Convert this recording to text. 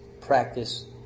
practice